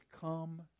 come